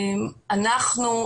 אנחנו,